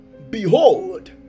Behold